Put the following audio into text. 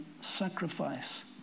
sacrifice